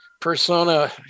persona